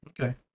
okay